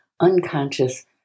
unconscious